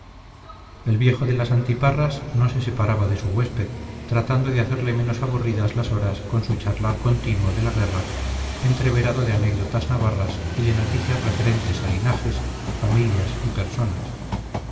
el viejo de las antiparras no se separaba de su huésped tratando de hacerle menos aburridas las horas con su charlar continuo de la guerra entreverado de anécdotas navarras y de noticias referentes a linajes familias y personas